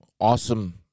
Awesome